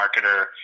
marketer